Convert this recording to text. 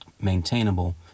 maintainable